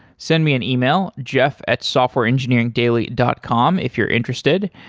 send me an email, jeff at softwareengineeringdaily dot com if you're interested.